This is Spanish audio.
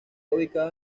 ubicado